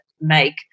make